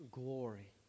glory